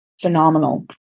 phenomenal